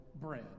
bread